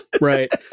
Right